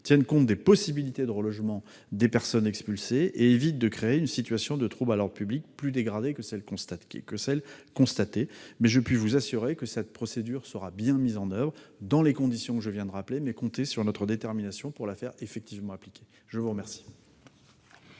tienne compte des possibilités de relogement des personnes expulsées et évite de créer une situation de trouble à l'ordre public plus dégradée que celle qui est constatée. Mais je puis vous assurer que cette procédure sera bien mise en oeuvre, dans les conditions que je viens de rappeler, et vous pouvez compter sur notre détermination pour la faire effectivement appliquer. La parole